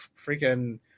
freaking